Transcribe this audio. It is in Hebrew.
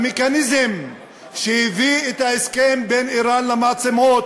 המכניזם שהביא את ההסכם בין איראן למעצמות